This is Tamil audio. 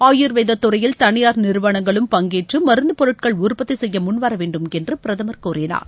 ஆயுர்வேத துறையில் தனியார் நிறுவனங்களும் பங்கேற்று மருந்துப்பொருட்கள் உற்பத்தி செய்ய முன்வரவேண்டும் என்று பிரதமர் கூறினார்